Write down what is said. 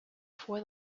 for